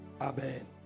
Amen